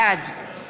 בעד